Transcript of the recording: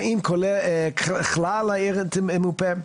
האם כלל העיר תמופה).